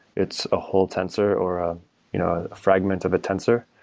it's a whole tensor or ah you know a fragment of a tensor.